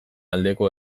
aldeko